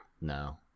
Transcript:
No